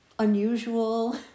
unusual